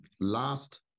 Last